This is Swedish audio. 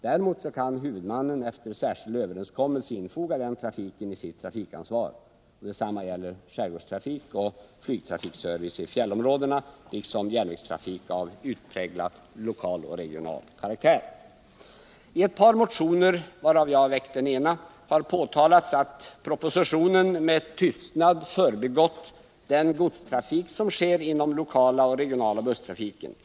Däremot kan huvudmannen efter särskild överenskommelse infoga denna trafik i sitt trafikansvar. Detsamma gäller skärgårdstrafik och flygtrafikservice i fjällområden liksom järnvägstrafik av utpräglat lokal och regional karaktär. I ett par motioner, varav jag har väckt den ena, har påtalats att propositionen med tystnad har förbigått den godstrafik som sker inom den lokala och den regionala busstrafiken.